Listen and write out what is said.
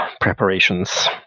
preparations